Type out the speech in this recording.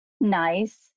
nice